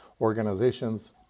organizations